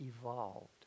evolved